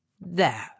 There